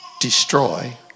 destroy